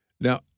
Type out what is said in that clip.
Now